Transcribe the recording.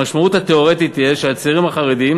המשמעות התיאורטית תהא שהצעירים החרדים,